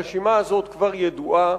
הרשימה הזאת כבר ידועה,